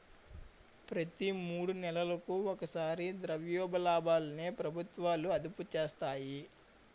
ప్రతి మూడు నెలలకు ఒకసారి ద్రవ్యోల్బణాన్ని ప్రభుత్వాలు అదుపు చేస్తాయి